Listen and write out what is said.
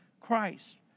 Christ